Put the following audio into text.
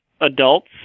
adults